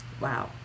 Wow